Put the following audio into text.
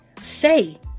Say